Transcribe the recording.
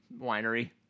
winery